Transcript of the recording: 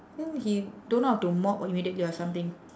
then he don't know how to mop immediately or something